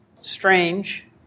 strange